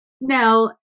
Now